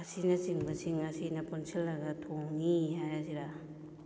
ꯑꯁꯤꯅꯆꯤꯡꯕꯁꯤꯡ ꯑꯁꯤꯅ ꯄꯨꯟꯁꯤꯜꯂꯒ ꯊꯣꯡꯉꯤ ꯍꯥꯏꯔꯁꯤꯔꯥ